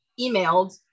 emailed